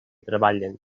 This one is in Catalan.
treballen